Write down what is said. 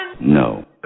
No